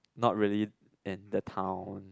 not really in the town